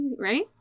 Right